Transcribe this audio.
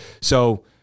So-